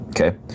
Okay